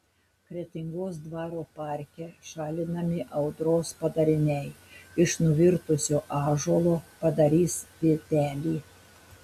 kretingos dvaro parke šalinami audros padariniai iš nuvirtusio ąžuolo padarys tiltelį